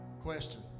Question